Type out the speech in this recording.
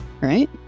right